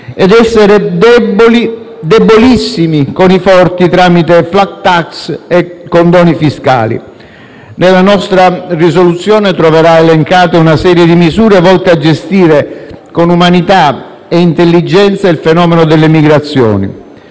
ed essere deboli, debolissimi con i forti tramite *flat tax* e condoni fiscali. Nella nostra risoluzione troverà elencate una serie di misure volte a gestire con umanità e intelligenza il fenomeno delle migrazioni.